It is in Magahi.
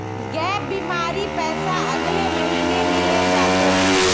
गैप बीमार पैसा अगले महीने मिले जा तोक